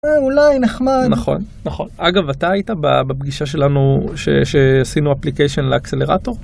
אולי נחמד, נכון, נכון, אגב אתה היית בפגישה שלנו ששינו אפלייקשין לאקסלרטור.